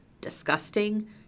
disgusting